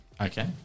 Okay